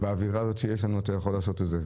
באווירה הזאת שיש לנו, אתה יכול לעשות את זה.